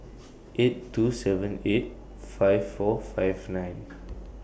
eight two seven eight five four five nine